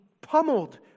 pummeled